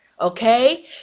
Okay